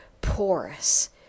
Porous